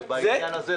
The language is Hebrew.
ובעניין הזה,